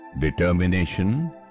Determination